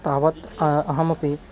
तावत् अहमपि